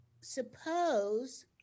suppose